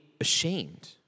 Ashamed